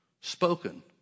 spoken